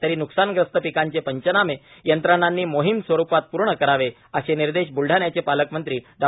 तरी नुकसानग्रस्त पिकांचे पंचनामे यंत्रणांनी मोहिम स्वरूपात पूर्ण करावे असे निर्देश बुलढाण्याचे पालकमंत्री डॉ